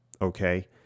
okay